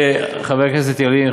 חבר הכנסת ילין,